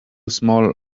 small